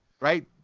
Right